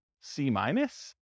C-minus